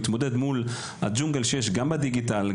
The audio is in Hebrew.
להתמודד מול הג'ונגל שיש גם בדיגיטל,